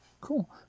Cool